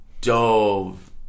dove